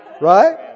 Right